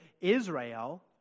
Israel